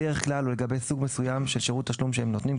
דרך כלל או לגבי סוג מסוים של שירות תשלום שהם נותנים,